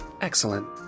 Excellent